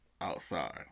outside